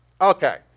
Okay